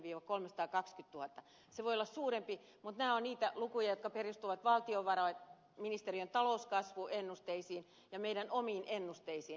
se voi olla suurempi mutta nämä ovat niitä lukuja jotka perustuvat valtiovarainministeriön talouskasvuennusteisiin ja meidän omiin ennusteisiimme